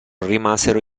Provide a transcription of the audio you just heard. rimasero